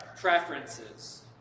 preferences